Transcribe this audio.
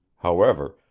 however,